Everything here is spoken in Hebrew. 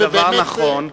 ודבר נכון.